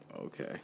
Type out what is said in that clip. Okay